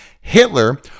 Hitler